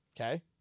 Okay